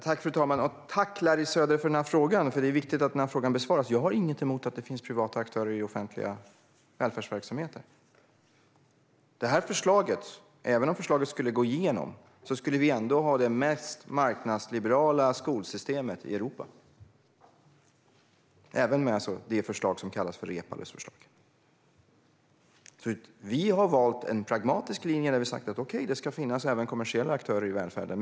Fru talman! Jag vill tacka Larry Söder för den här frågan. Det är viktigt att den besvaras. Jag har ingenting emot att det finns privata aktörer i offentlig välfärdsverksamhet. Om det här förslaget skulle gå igenom skulle vi ändå ha det mest marknadsliberala skolsystemet i Europa, alltså även med det förslag som kallas för Reepalus förslag. Vi har valt en pragmatisk linje och sagt: Okej, det ska finnas kommersiella aktörer i välfärden.